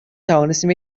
توانستیم